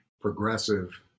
progressive